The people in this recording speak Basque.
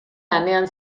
lanean